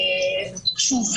שוב,